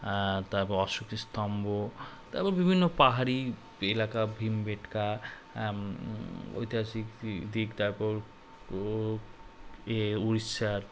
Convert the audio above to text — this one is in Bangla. তারপর অশোক স্তম্ভ তারপর বিভিন্ন পাহাড়ি এলাকা ভীমবেটকা ঐতিহাসিক দিক তারপর ও এ উড়িষ্যার